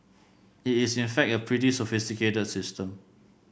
it is in fact a pretty sophisticated system